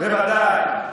בוודאי.